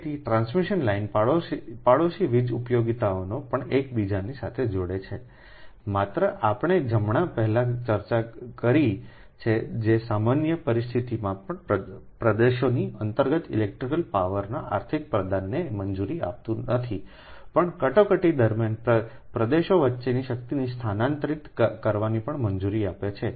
તેથી transmission line પાડોશી વીજ ઉપયોગિતાઓને પણ એકબીજા સાથે જોડે છે માત્ર આપણે જમણા પહેલા ચર્ચા કરી છે જે સામાન્ય પરિસ્થિતિઓમાં પ્રદેશોની અંતર્ગત ઇલેક્ટ્રિકલ પાવરના આર્થિક પ્રદાનને જ મંજૂરી આપતું નથી પણ કટોકટી દરમિયાન પ્રદેશો વચ્ચેની શક્તિને સ્થાનાંતરિત કરવાની પણ મંજૂરી આપે છે